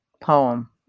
poem